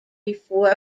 before